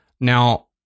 Now